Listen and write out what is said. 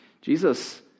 Jesus